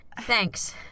Thanks